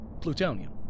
plutonium